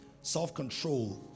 Self-control